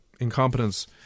incompetence